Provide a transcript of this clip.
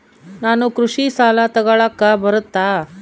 ನಾನು ಕೃಷಿ ಸಾಲ ತಗಳಕ ಬರುತ್ತಾ?